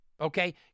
Okay